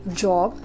job